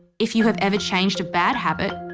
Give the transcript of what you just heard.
if you have ever changed a bad habit,